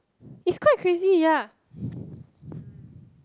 it's quite crazy ya